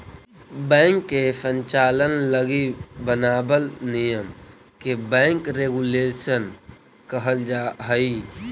bank के संचालन लगी बनावल नियम के बैंक रेगुलेशन कहल जा हइ